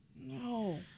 No